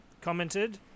commented